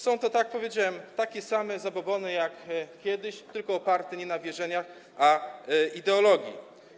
Są to, tak jak powiedziałem, takie same zabobony jak kiedyś, tylko oparte nie na wierzeniach, a ideologii.